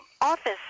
office